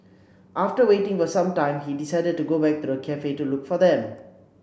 after waiting for some time he decided to go back to the cafe to look for them